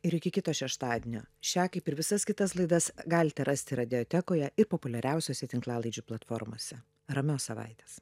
ir iki kito šeštadienio šią kaip ir visas kitas laidas galite rasti radiotekoje ir populiariausiose tinklalaidžių platformose ramios savaitės